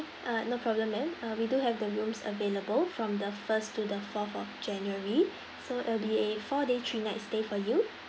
uh no problem ma'am uh we do have the rooms available from the first to the fourth of january so it'll be a four day three nights stay for you